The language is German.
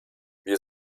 wir